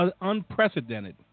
unprecedented